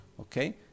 Okay